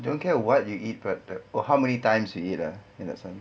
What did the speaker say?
don't care what you eat but the oh how many times you eat lah in that sense